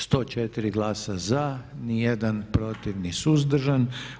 104 glasa za, nijedan protiv ni suzdržan.